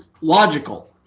logical